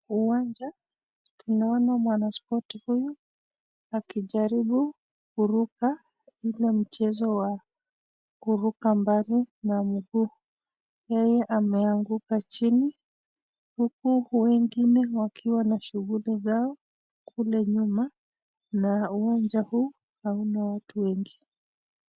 Uwanja. Tunaona mwanaspoti huyu akijaribu kuruka ile mchezo wa kuruka mbali na miguu. Yeye ameanguka chini huku wengine wakiwa na shughuli zao kule nyuma na uwanja huu hauna watu wengi.